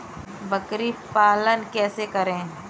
बकरी पालन कैसे करें?